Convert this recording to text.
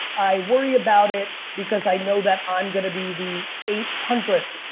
i worry about it because i know that i'm going to be the eight hundredth,